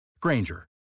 Granger